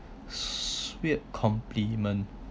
weird compliment